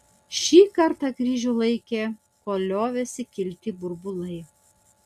šį kartą kryžių laikė kol liovėsi kilti burbulai